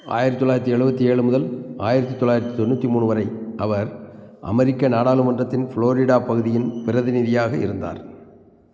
ஆயிரத்து தொள்ளாயிரத்து எழுபத்தி ஏழு முதல் ஆயிரத்து தொள்ளாயிரத்து தொண்ணூற்று மூணு வரை அவர் அமெரிக்க நாடாளுமன்றத்தின் ஃப்ளோரிடா பகுதியின் பிரதிநிதியாக இருந்தார்